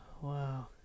Wow